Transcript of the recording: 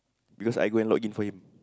because I go an log in for him